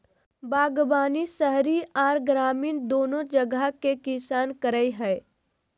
बागवानी शहरी आर ग्रामीण दोनो जगह के किसान करई हई,